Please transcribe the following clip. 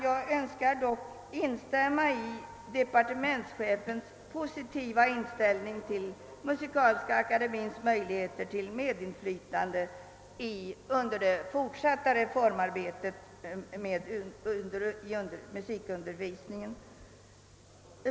Jag önskar dock instämma i departementschefens positiva uttalanden om Musikaliska akademiens möjligheter till medinflytande under det fortsatta reformarbetet inom musikundervisningen.